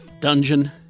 dungeon